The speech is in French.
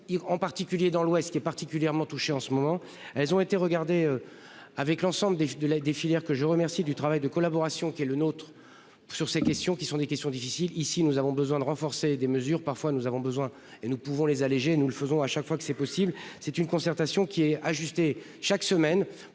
en particulier dans l'ouest. Ce qui est particulièrement touchée en ce moment. Elles ont été regardés. Avec l'ensemble des de la des filières, que je remercie du travail de collaboration qui est le nôtre. Sur ces questions qui sont des questions difficiles ici. Nous avons besoin de renforcer des mesures parfois nous avons besoin et nous pouvons les alléger, nous le faisons à chaque fois que c'est possible, c'est une concertation qui est ajusté chaque semaine